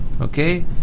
Okay